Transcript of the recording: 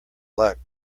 luck